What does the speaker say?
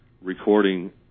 recording